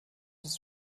ist